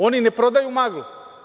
Oni ne prodaju maglu.